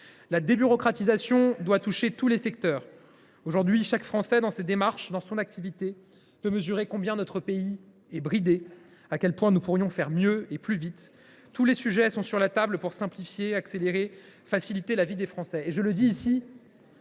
La débureaucratisation doit toucher tous les secteurs. Aujourd’hui, chaque Français, dans ses démarches, dans son activité, peut mesurer combien notre pays est bridé, à quel point nous pourrions faire mieux et plus vite. Tous les sujets sont sur la table pour simplifier, pour accélérer, pour faciliter la vie des Français.